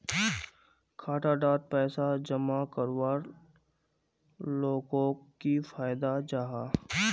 खाता डात पैसा जमा करवार लोगोक की फायदा जाहा?